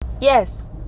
Yes